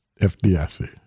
FDIC